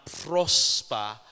prosper